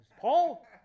Paul